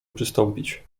przystąpić